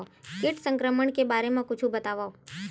कीट संक्रमण के बारे म कुछु बतावव?